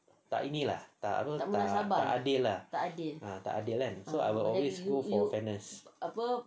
tak ini lah tak apa tak adil tak adil kan so I will always go for fairness